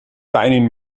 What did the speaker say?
weinen